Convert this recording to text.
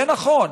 זה נכון,